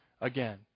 again